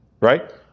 right